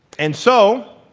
and so,